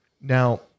Now